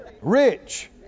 Rich